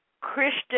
Christian